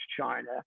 China